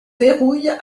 verrouille